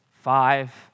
five